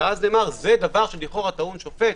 ונאמר: זה דבר שלכאורה טעון שופט.